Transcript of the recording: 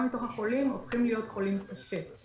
חולים קשה?